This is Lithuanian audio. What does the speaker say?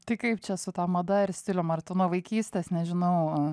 tai kaip čia su ta mada ir stilium ar tu nuo vaikystės nežinau